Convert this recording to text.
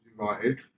invited